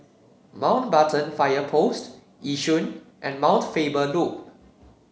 Mountbatten Fire Post Yishun and Mount Faber Loop